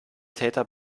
täter